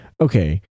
okay